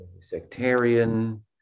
sectarian